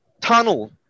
tunnel